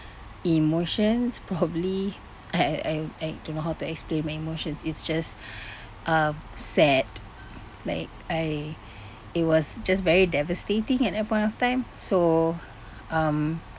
emotions probably I I I don't know how to explain my emotions it's just sad like I it was just very devastating at a point of time so um